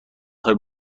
خوای